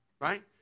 right